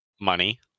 Money